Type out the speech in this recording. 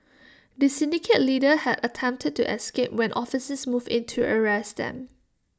the syndicate leader had attempted to escape when officers moved in to arrest them